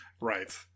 Right